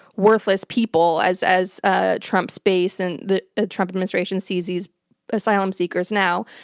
worthless people, as as ah trump's base and the trump administration sees these asylum-seekers now.